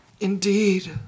Indeed